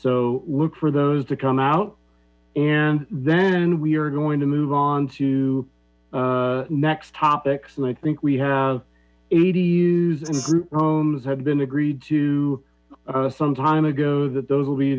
so look for those to come out and then we are going to move on to next topics and i think we have eighty use and group homes have been agreed to some time ago that those will be